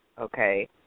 okay